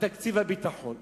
על תקציב הביטחון.